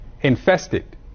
Infested